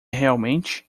realmente